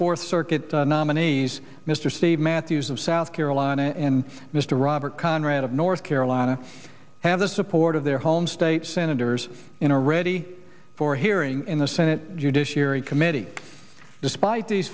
fourth circuit nominees mr steve matthews of south carolina and mr robert conrad of north carolina have the support of their home state senators in a ready for hearing in the senate judiciary committee despite these